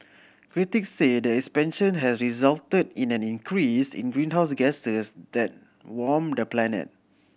critics say the expansion has resulted in an increase in the greenhouse gases that warm the planet